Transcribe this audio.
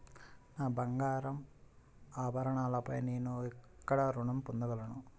నా బంగారు ఆభరణాలపై నేను ఎక్కడ రుణం పొందగలను?